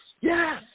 yes